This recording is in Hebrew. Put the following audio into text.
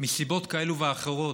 מסיבות כאלה ואחרות,